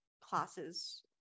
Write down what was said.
classes